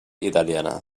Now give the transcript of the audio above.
italiana